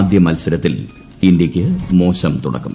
ആദ്യ മത്സരത്തിൽ ഇന്തൃയ്ക്ക് മോശം തുടക്കം